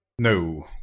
No